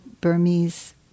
Burmese